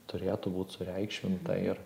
turėtų būt sureikšminta ir